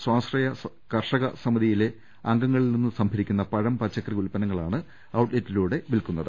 സ്വാശ്രയ കർഷക സമിതികളിലെ അംഗങ്ങളിൽ നിന്ന് സംഭരിക്കുന്ന പഴം പച്ചക്കറി ഉൽപ്പന്നങ്ങളാണ് ഔട്ട്ലെറ്റുകളിലൂടെ വിൽക്കുന്നത്